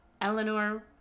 Eleanor